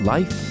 Life